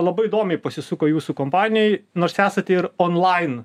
labai įdomiai pasisuko jūsų kompanijai nors esate ir onlain